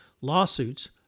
lawsuits